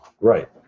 Right